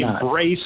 embrace